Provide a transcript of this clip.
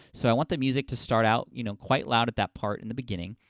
so i want the music to start out, you know, quite loud at that part in the beginning,